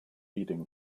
eating